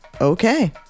okay